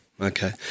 Okay